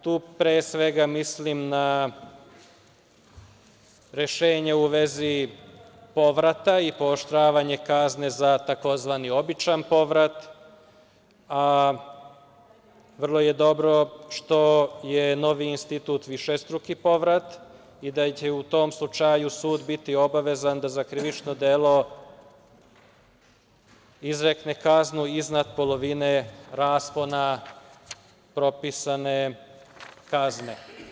Tu pre svega mislim na rešenja u vezi povrata i pooštravanja kazne za tzv. obični povrat, a vrlo je dobro što je novi institut višestruki povrat i da će u tom slučaju sud biti obavezan da za krivično delo izrekne kaznu iznad polovine raspona propisane kazne.